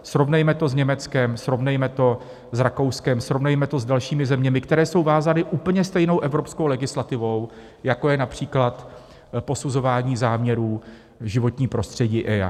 Srovnejme to s Německem, srovnejme to s Rakouskem, srovnejme to s dalšími zeměmi, které jsou vázány úplně stejnou evropskou legislativou, jako je například posuzování záměrů, životní prostředí EIA.